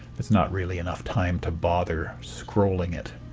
that's not really enough time to bother scrolling it